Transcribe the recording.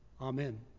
Amen